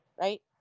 right